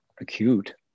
acute